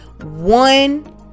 one